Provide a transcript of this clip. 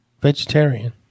Vegetarian